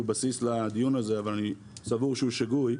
בסיס לדיון הזה אבל אני סבור שהוא שגוי,